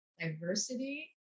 diversity